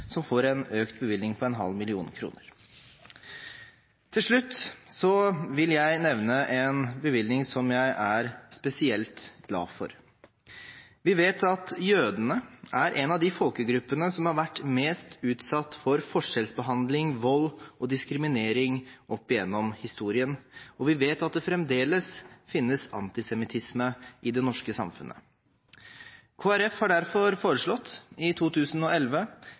som får en økt bevilgning på 0,5 mill. kr. Til slutt vil jeg nevne en bevilgning som jeg er spesielt glad for. Vi vet at jødene er en av de folkegruppene som har vært mest utsatt for forskjellsbehandling, vold og diskriminering opp gjennom historien, og vi vet at det fremdeles finnes antisemittisme i det norske samfunnet. Kristelig Folkeparti foreslo derfor i 2011